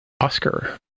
Oscar